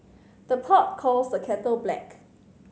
the pot calls the kettle black